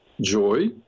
joy